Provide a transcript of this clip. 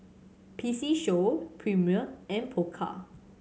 P C Show Premier and Pokka